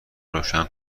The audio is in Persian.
روشن